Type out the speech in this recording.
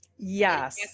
Yes